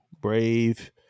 brave